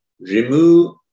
remove